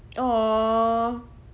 oh